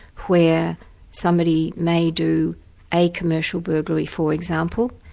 where somebody may do a commercial burglary for example,